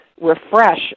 refresh